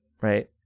right